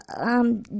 Um